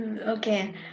Okay